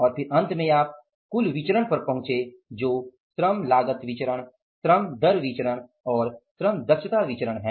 और फिर अंत में आप कुल विचरण पर पहुचे जो श्रम लागत विचरण श्रम दर विचरण और श्रम दक्षता विचरण है